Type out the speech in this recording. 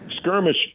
skirmish